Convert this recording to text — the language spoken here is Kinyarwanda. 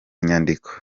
nyandiko